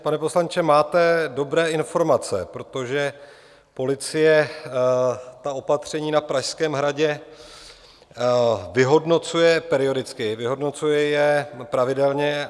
Pane poslanče, máte dobré informace, protože policie ta opatření na Pražském hradě vyhodnocuje periodicky, vyhodnocuje je pravidelně.